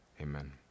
Amen